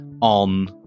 on